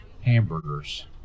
hamburgers